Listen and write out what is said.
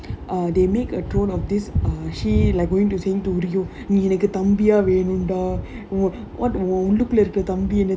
uh they make a troll of this uh she like going to think to நீ எனக்கு தம்பியா வேணும்டா:nee enaku thambiya venumdaa